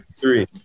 three